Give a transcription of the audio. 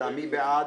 מי בעד?